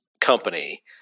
company